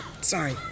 Sorry